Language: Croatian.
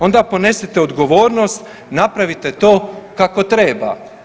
Onda ponesite odgovornost, napravite to kako treba.